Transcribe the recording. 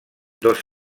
dos